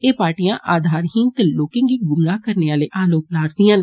एह् पार्टियां आधार हीन ते लोकें गी गुमराह करने आले आरोप ला'र दियां न